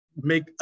make